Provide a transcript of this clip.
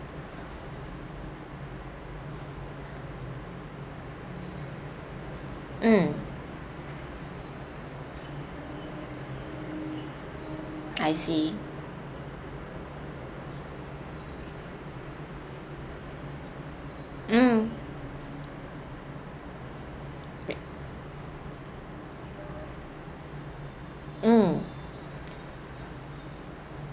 mm I see mm mm